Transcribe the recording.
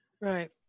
Right